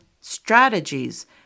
strategies